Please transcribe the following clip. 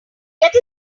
get